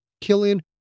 Killian